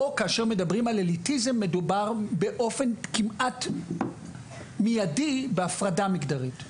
או כאשר מדברים על אליטיזם מדובר באופן כמעט מיידי בהפרדה מגדרית?